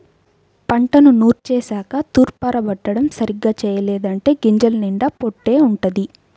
పంటను నూర్చేశాక తూర్పారబట్టడం సరిగ్గా చెయ్యలేదంటే గింజల నిండా పొట్టే వుంటది